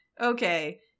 okay